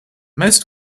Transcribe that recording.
most